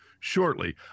shortly